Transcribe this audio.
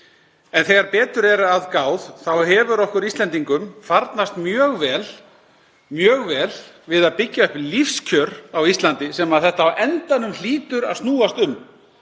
En þegar betur er að gáð hefur okkur Íslendingum farnast mjög vel við að byggja upp lífskjör á Íslandi, sem þetta hlýtur á endanum að snúast um.